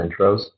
intros